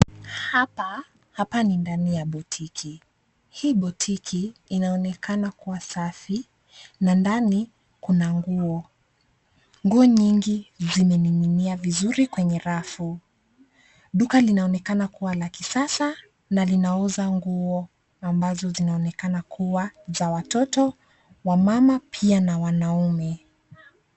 Hapa ni ndani ya boutique .Hii boutique inaonekana kuwa safi, na ndani, kuna nguo. Nguo nyingi zimening'inia vizuri kwenye rafu. Duka linaonekana kuwa la kisasa na linauza nguo ambazo zinaonekana kuwa za watoto, wamama, pia na wanaume.